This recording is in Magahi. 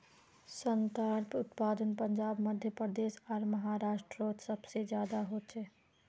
संत्रार उत्पादन पंजाब मध्य प्रदेश आर महाराष्टरोत सबसे ज्यादा होचे